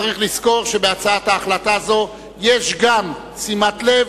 צריך לזכור שבהצעת החלטה זו יש גם שימת לב